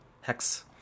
hex